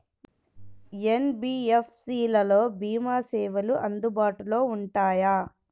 NBFC లలో భీమా సేవలు అందుబాటులో ఉంటాయా?